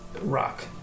rock